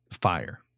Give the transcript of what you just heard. fire